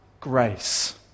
grace